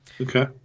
Okay